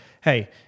hey